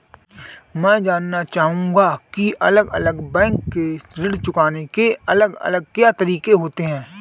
मैं जानना चाहूंगा की अलग अलग बैंक के ऋण चुकाने के अलग अलग क्या तरीके होते हैं?